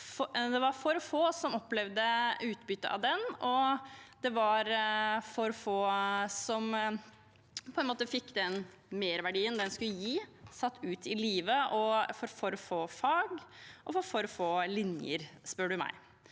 Det var for få som opplevde utbytte av den, det var for få som fikk den merverdien den skulle gi, satt ut i livet, og det var for få fag og for få linjer, spør du meg.